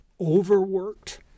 overworked